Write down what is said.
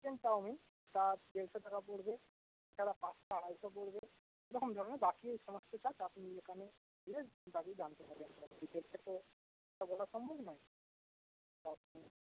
chicken chowmein charge দেড়শো টাকা পড়বে এছাড়া পাস্তা আড়াইশো পড়বে এরকম যেমন বাকি সমস্ত চার্জ আপনি এখানে দাঁড়িয়ে জানতে পারবেন সব ডিটেলসটা তো এভাবে বলা সম্ভব নয়